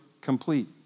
complete